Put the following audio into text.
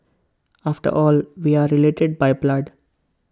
after all we are related by blood